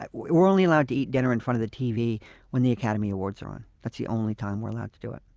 but we're only allowed to eat dinner in front of the tv when the academy awards are on that's the only time we're allowed to do it.